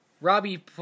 Robbie